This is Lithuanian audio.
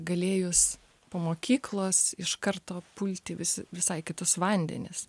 galėjus po mokyklos iš karto pulti vis visai kitus vandenis